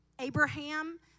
Abraham